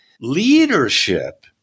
leadership